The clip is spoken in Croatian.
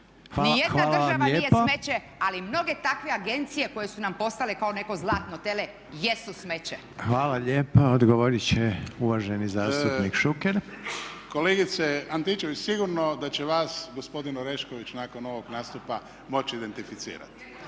Ni jedna država nije smeće ali mnoge takve agencije koje su nam postale kao neko zlatno tele jesu smeće. **Reiner, Željko (HDZ)** Hvala lijepa odgovoriti će uvaženi zastupnik Šuker. **Šuker, Ivan (HDZ)** Kolegice Antičević sigurno da će vas gospodin Orešković nakon ovog nastupa moći identificirati.